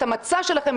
את המצע שלכם,